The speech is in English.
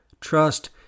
Trust